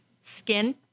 skin